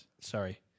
sorry